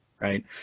right